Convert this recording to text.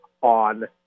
on